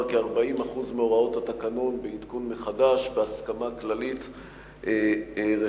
כ-40% מהוראות התקנון בעדכון מחדש בהסכמה כללית רחבה.